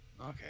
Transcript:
okay